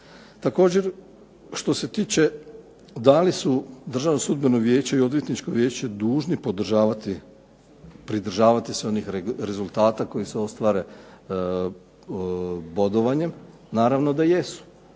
Također, što se tiče da li su Državno sudbeno vijeće i odvjetničko vijeće dužni pridržavati se onih rezultata koji se ostvare bodovanjem, naravno da jesu